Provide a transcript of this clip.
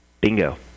Bingo